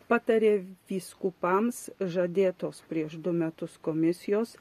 patarė vyskupams žadėtos prieš du metus komisijos